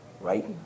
right